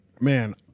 Man